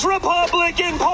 Republican